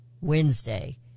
Wednesday